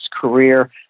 career